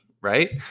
right